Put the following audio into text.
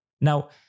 Now